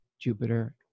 Jupiter